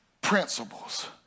principles